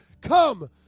come